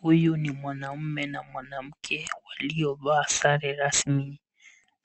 Huyu ni mwanaume na mwanamke waliovaa sare rasmi